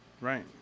Right